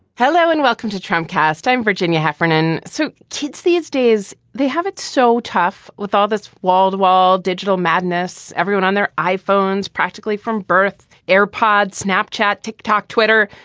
hello and welcome to tramcars time, virginia heffernan so kids these days, they have it so tough with all this wall-to-wall digital madness, everyone on their iphones practically from birth air pods, snapchat, tick tock, twitter.